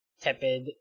tepid